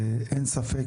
ואין ספק